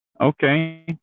okay